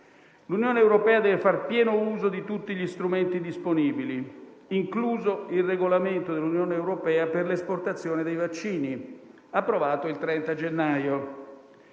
L'Unione europea deve fare pieno uso di tutti gli strumenti disponibili, incluso il Regolamento dell'Unione europea per l'esportazione dei vaccini, approvato il 30 gennaio,